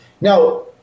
Now